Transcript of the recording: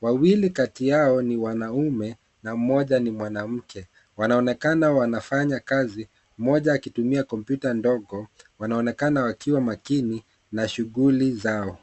Wawili kati yao ni wanaume na mmoja ni mwanamke. Wanaonekana wanafanya kazi, mmoja akitumia kompyuta ndogo, wanaonekana wakiwa makini na shughuli zao.